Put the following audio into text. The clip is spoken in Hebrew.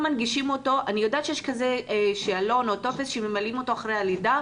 אני יודעת שיש כזה שאלון או טופס שממלאים אחרי לידה,